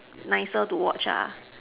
nicer to watch